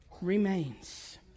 remains